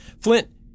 Flint